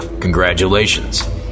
congratulations